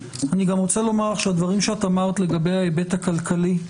אני גם רוצה לומר לך שהדברים שאת אמרת לגבי ההיבט הכלכלי,